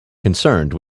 concerned